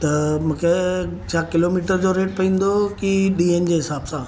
त मूंखे छा किलोमिटर जो रेट पवंदो की ॾींहंनि जे हिसाब सां